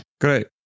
Great